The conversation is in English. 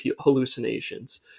hallucinations